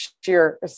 sheer